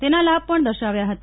તેના લાભ પજ્ઞ દર્શાવ્યા હતા